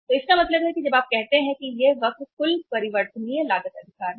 तो इसका मतलब है जब आप कहते हैं कि यह वक्र कुल परिवर्तनीय लागत अधिकार है